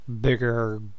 bigger